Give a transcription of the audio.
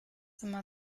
immer